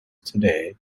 today